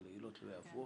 אבל היא לא תלויה הפוך,